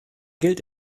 gilt